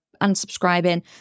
unsubscribing